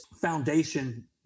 foundation